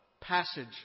passage